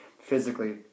physically